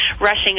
rushing